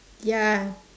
ya